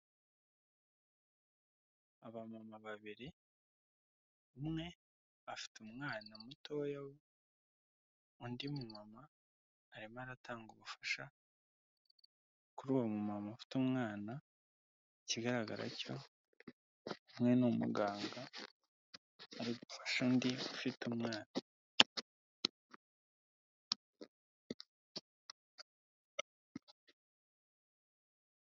Abamama babiri umwe afite umwana muto undi mumama arimo aratanga ubufasha kuri uwo mama ufite umwana ikigaragara cyo, umwe ni umuganga ari gufasha undi ufite umwana.